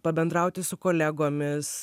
pabendrauti su kolegomis